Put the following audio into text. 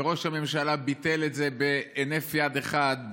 וראש הממשלה ביטל את זה בהינף יד אחד,